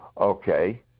Okay